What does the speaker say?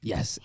Yes